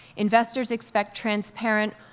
investors expensive transparent,